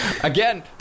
Again